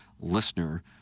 listener